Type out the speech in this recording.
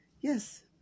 Yes